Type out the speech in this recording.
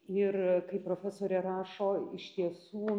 ir kaip profesorė rašo iš tiesų